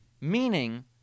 meaning